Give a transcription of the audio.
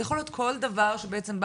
זה יכול להיות כל דבר שבאיזה שהוא אופן בא